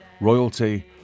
royalty